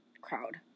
crowd